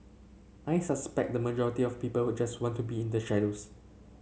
I suspect the majority of people who just want to be in the shadows